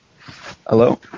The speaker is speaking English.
Hello